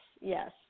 yes